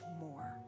more